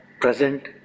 present